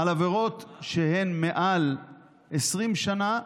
על עבירות שהן מעל 20 שנה,